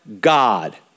God